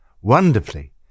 Wonderfully